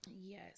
Yes